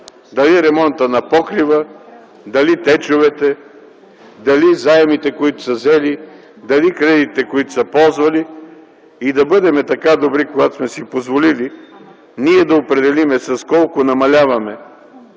дали ремонтът на покрива, дали течовете, дали заемите, които са взели, дали кредитите, които са ползвали, и да бъдем така добри, когато сме си позволили ние да определим с колко намаляваме